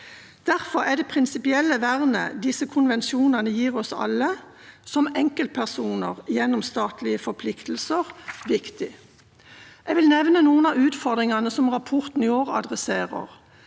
Derfor er det prinsipielle vernet disse konvensjonene gir oss alle – som enkeltpersoner, gjennom statlige forpliktelser – viktig. Jeg vil nevne noen av utfordringene rapporten i år tar